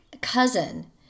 cousin